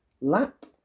lap